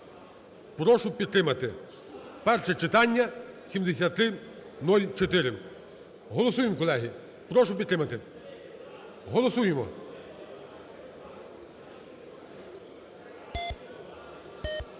Прошу підтримати. Перше читання, 7304. Голосуємо, колеги. Прошу підтримати. Голосуємо.